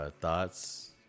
thoughts